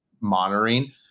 monitoring